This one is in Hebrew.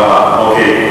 תודה רבה.